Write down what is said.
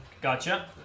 Gotcha